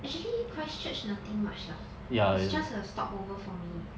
actually christ church nothing much lah it's just a stopover for me